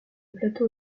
plateau